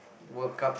World Cup